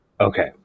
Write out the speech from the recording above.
Okay